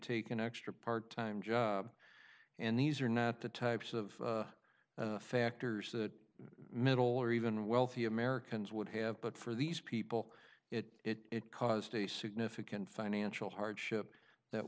take an extra part time job and these are not the types of factors that middle or even wealthy americans would have but for these people it caused a significant financial hardship that